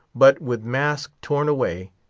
but with mask torn away,